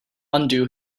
undo